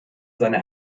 seiner